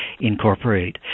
incorporate